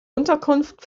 unterkunft